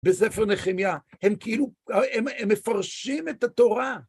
בספר נחמיה, הם כאילו, הם מפרשים את התורה.